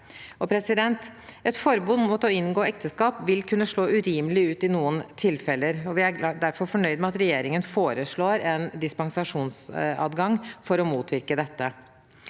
4317 Et forbud mot å inngå ekteskap vil kunne slå urimelig ut i noen tilfeller. Vi er derfor fornøyd med at regjeringen foreslår en dispensasjonsadgang for å motvirke dette.